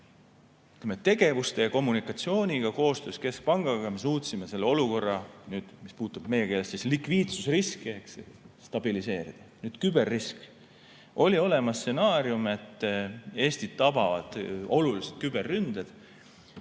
Tegevuste ja kommunikatsiooniga koostöös keskpangaga me suutsime selle olukorra, mis puudutab meie keeles likviidsusriske, stabiliseerida. Nüüd küberrisk. Oli olemas stsenaarium, et Eestit tabavad olulised küberründed.